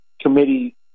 committee